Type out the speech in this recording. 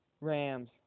Rams